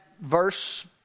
verse